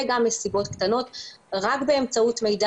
וגם מסיבות קטנות וזאת רק באמצעות מידע